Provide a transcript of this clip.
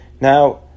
Now